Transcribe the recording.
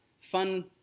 Fun